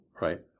right